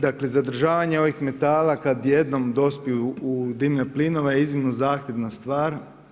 Dakle, zadržavanje ovih metala kad jednom dospiju u dimne plinove je iznimno zahtjevna stvar.